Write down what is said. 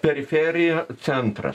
periferija centras